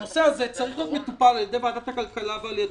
הנושא הזה צריך להיות מטופל על ידי ועדת הכלכלה ועל ידינו.